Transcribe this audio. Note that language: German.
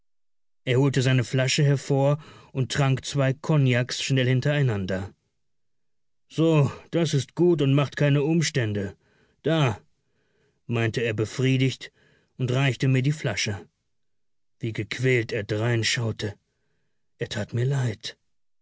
er holte seine flasche hervor und trank zwei kognaks schnell hintereinander so das ist gut und macht keine umstände da meinte er befriedigt und reichte mir die flasche wie gequält er dreinschaute er tat mir leid